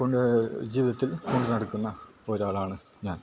കൊണ്ട് ജീവിതത്തിൽ കൊണ്ടു നടക്കുന്ന ഒരാളാണ് ഞാൻ